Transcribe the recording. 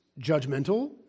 judgmental